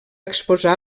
exposar